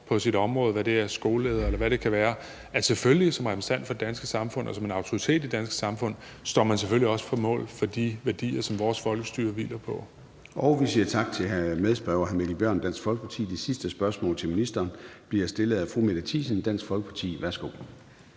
for et område, om det er en skoleleder, eller hvad det kan være, at man selvfølgelig som repræsentant for det danske samfund og som en autoritet i det danske samfund også står på mål for de værdier, som vores folkestyre hviler på. Kl. 14:26 Formanden (Søren Gade): Vi siger tak til medspørger hr. Mikkel Bjørn, Dansk Folkeparti. Det sidste spørgsmål til ministeren bliver stillet af fru Mette Thiesen, Dansk Folkeparti. Værsgo.